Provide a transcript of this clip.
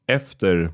efter